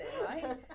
right